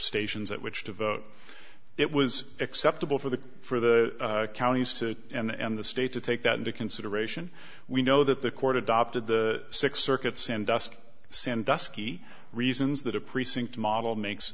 stations at which to vote it was acceptable for the for the counties to and the state to take that into consideration we know that the court adopted the six circuit sandusky sandusky reasons that a precinct model makes